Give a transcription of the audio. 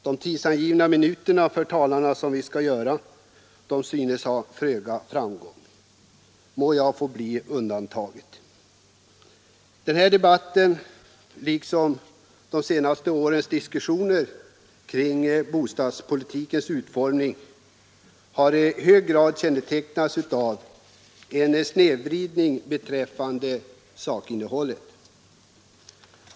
Det antal minuter som talarna antecknar sig för synes de ta föga hänsyn till! Må jag få bli undantaget. Den här debatten, liksom de senaste årens diskussioner kring bostadspolitikens utformning, har i hög grad kännetecknats av en snedvridning beträffande sakinnehållet.